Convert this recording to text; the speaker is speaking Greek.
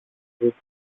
τους